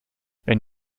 wenn